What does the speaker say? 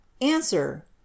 Answer